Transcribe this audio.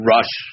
Rush